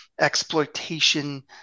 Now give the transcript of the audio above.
exploitation